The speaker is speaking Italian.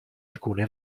alcune